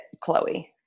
Chloe